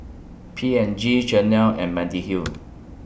P and G Chanel and Mediheal